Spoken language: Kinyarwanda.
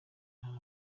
hari